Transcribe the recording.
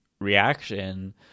Reaction